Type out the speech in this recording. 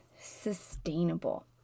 sustainable